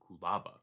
Kulaba